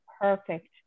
perfect